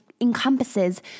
encompasses